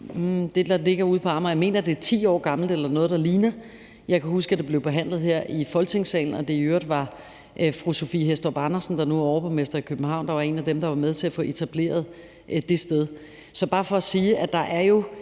der ligger ude på Amager, er 10 år gammelt eller noget, der ligner. Jeg kan huske, at det blev behandlet her i Folketingssalen, og at det i øvrigt var fru Sophie Hæstorp Andersen, der nu er overborgmester i København, der var en af dem, der var med til at få etableret det sted. Så det er bare for at sige, at der jo